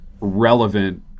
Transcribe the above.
relevant